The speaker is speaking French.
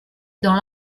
dans